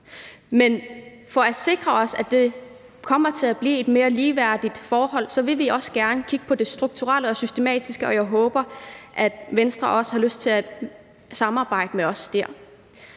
Men for at sikre os, at det kommer til at blive et mere ligeværdigt forhold, vil vi også gerne kigge på det strukturelle og systematiske, og jeg håber, at Venstre også har lyst til at samarbejde med os der.